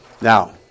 Now